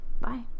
Bye